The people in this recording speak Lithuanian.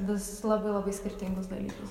vis labai labai skirtingus dalykus